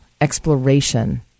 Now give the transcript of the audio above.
exploration